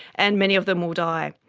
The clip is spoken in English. and many of them will die.